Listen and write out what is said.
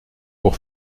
pour